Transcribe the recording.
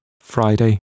Friday